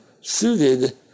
suited